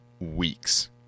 weeks